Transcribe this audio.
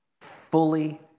fully